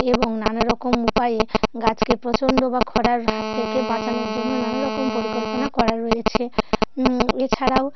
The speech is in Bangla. এবং নানা রকম উপায়ে গাছকে প্রচণ্ড বা খরার হাত থেকে বাঁচানোর জন্য নানা রকম পরিকল্পনা করা রয়েছে এছাড়াও